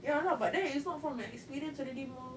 ya lah but then it's not from experience already mah